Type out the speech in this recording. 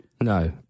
no